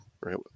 right